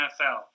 NFL